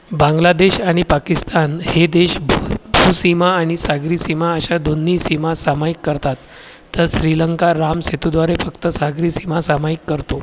बांगलादेश आणि पाकिस्तान हे देश भूसीमा आणि सागरी सीमा अशा दोन्ही सीमा सामायिक करतात तर श्रीलंका राम सेतूद्वारे फक्त सागरी सीमा सामायिक करतो